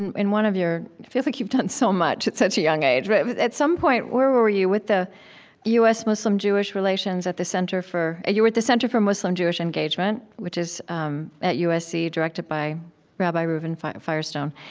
and in one of your it feels like you've done so much, at such a young age. but at some point where were you? with the u s. muslim-jewish relations at the center for you were at the center for muslim-jewish engagement, which is um at usc, directed by rabbi reuven firestone.